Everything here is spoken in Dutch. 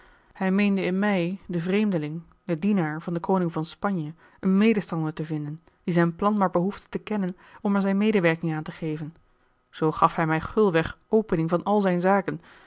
hij meende in mij den vreemdeling den dienaar van den koning van spanje een medestander te vinden die zijn plan maar behoefde te kennen om er zijne medewerking aan te geven zoo gaf hij mij gulweg opening van al zijne zaken